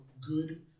good